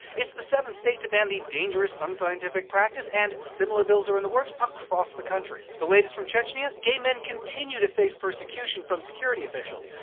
it's the seventh state to ban the dangerous, unscientific practice, and similar bills are in the works across the country. the latest from chechnya gay men continue to face persecution by security officials,